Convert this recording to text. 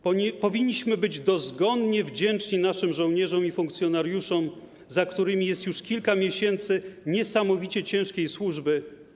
Powinniśmy być dozgonnie wdzięczni naszym żołnierzom i funkcjonariuszom, za którymi jest już kilka miesięcy niesamowicie ciężkiej służby.